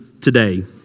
today